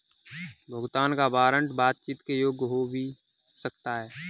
भुगतान का वारंट बातचीत के योग्य हो भी सकता है